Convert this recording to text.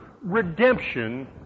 redemption